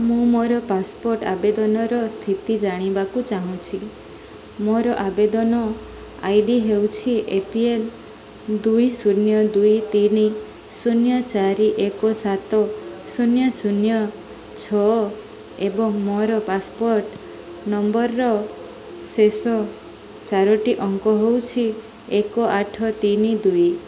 ମୁଁ ମୋର ପାସପୋର୍ଟ ଆବେଦନର ସ୍ଥିତି ଜାଣିବାକୁ ଚାହୁଁଛି ମୋର ଆବେଦନ ଆଇ ଡ଼ି ହେଉଛି ଏ ପି ଏଲ୍ ଦୁଇ ଶୂନ୍ୟ ଦୁଇ ତିନି ଶୂନ୍ୟ ଚାରି ଏକ ସାତ ଶୂନ୍ୟ ଶୂନ୍ୟ ଛଅ ଏବଂ ମୋର ପାସପୋର୍ଟ ନମ୍ବରର ଶେଷ ଚାରୋଟି ଅଙ୍କ ହେଉଛି ଏକ ଆଠ ତିନି ଦୁଇ